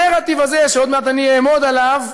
הנרטיב הזה, שעוד מעט אני אעמוד עליו,